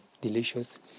delicious